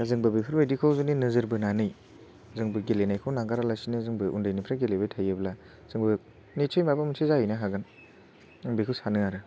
दा जोंबो बेफोबायदिखौ जुदि नोजोरबोनानै जोंबो गेलेनायखौ नागारालासिनो जोंबो उन्दैनिफ्राय गेलेबाय थायोब्ला जोंबो नितसय माबा मोनसे जाहैनो हागोन आं बेखौ सानो आरो